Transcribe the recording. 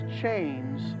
chains